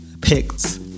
picked